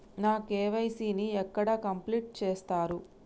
నా కే.వై.సీ ని ఎక్కడ కంప్లీట్ చేస్తరు?